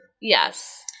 Yes